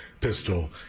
pistol